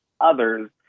others